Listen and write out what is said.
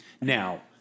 Now